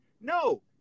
No